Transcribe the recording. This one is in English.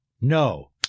no